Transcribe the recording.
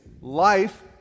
life